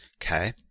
Okay